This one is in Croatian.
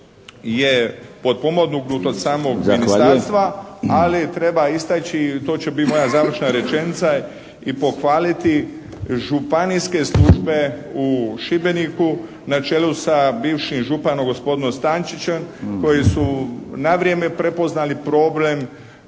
je potpomognut od samog ministarstva, ali treba istaći i to će biti moja završna rečenica i pohvaliti županijske službe u Šibeniku na čelu sa bivšim županom gospodinom Stančićem koji su na vrijeme prepoznali problem